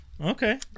Okay